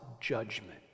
judgment